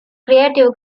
creative